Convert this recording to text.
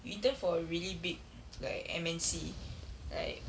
you intern for a really big like M_N_C like